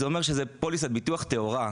זה אומר שזאת פוליסת ביטוח טהורה,